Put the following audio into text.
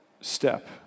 step